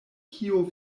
kio